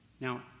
Now